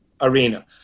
arena